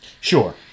Sure